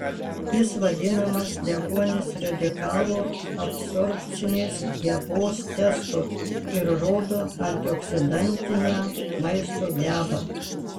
jis vadinamas deguonies radikalų absorbcinės gebos testu ir rodo antioksidantinę maisto gebą